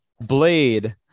blade